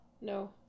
No